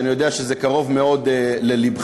שאני יודע שזה קרוב מאוד ללבך,